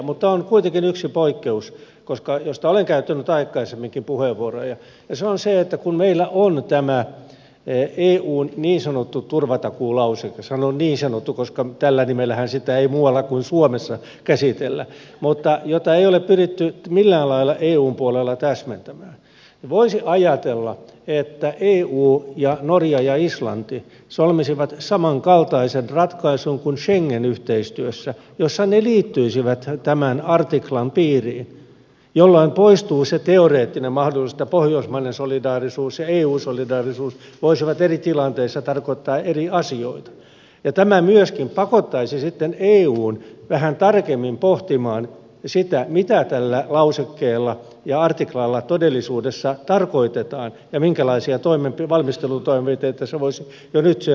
mutta on kuitenkin yksi poikkeus josta olen käyttänyt aikaisemminkin puheenvuoroja ja se on se että kun meillä on tämä eun niin sanottu turvatakuulauseke sanon niin sanottu koska tällä nimellähän sitä ei muualla kuin suomessa käsitellä jota ei ole pyritty millään lailla eun puolella täsmentämään niin voisi ajatella että eu ja norja ja islanti solmisivat samankaltaisen ratkaisun kuin schengen yhteistyössä jossa ne liittyisivät tämän artiklan piiriin jolloin poistuu se teoreettinen mahdollisuus että pohjoismainen solidaarisuus ja eu solidaarisuus voisivat eri tilanteissa tarkoittaa eri asioita ja tämä myöskin pakottaisi sitten eun vähän tarkemmin pohtimaan sitä mitä tällä lausekkeella ja artiklalla todellisuudessa tarkoitetaan ja minkälaisia valmistelutoimenpiteitä se voisi jo nyt edellyttää